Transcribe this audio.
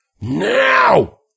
Now